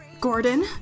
Gordon